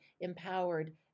empowered